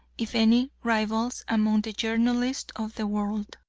if any, rivals among the journalists of the world.